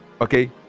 okay